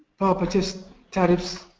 power purchased tariffs